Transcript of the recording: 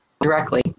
directly